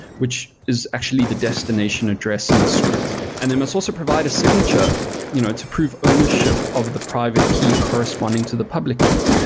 which is actually the destination address in the script. and they must also provide a signature you know to prove ownership of the private key corresponding to the public key.